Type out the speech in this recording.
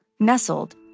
nestled